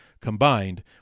combined